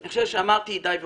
אני חושב שאמרתי די והותר.